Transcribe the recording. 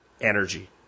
energy